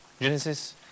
Genesis